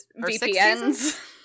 VPNs